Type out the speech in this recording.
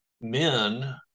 men